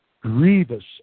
grievous